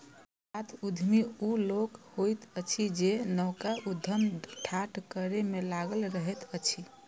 नवजात उद्यमी ओ लोक होइत अछि जे नवका उद्यम ठाढ़ करै मे लागल रहैत अछि